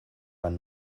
einen